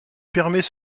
permet